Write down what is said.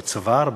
בצוואר,